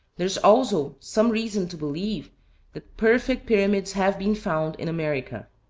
there is also some reason to believe that perfect pyramids have been found in america.